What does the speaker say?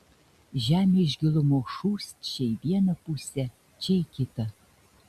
žemė iš gilumos šūst čia į vieną pusę čia į kitą